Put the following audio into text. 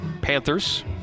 Panthers